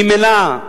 ממילא,